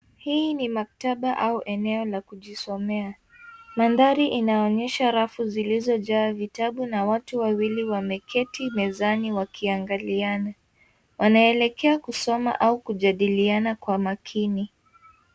Hii ni maktaba au eneo la kujisomea. Mandhari inaonyesha rafu zilizojaa vitabu na watu wawili wameketi mezani wakiangaliana. Wanaelekea kusoma au kujadiliana kwa makini.